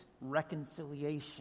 reconciliation